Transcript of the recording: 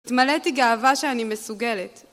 התמלאתי גאווה שאני מסוגלת